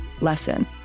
lesson